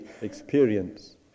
experience